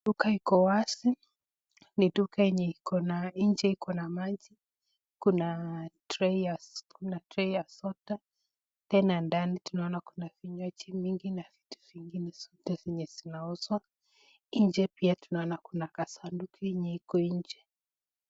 Duka iko wazi ni duka yenye iko na nje iko na maji kuna tray ya s kuna tray ya soda tena ndani tunaona kuna vinywaji mingi na vitu vingine zote zinauzwa. Nje pia tunona kuna kasunduku yenye iko nje.